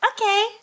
Okay